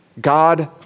God